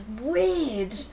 weird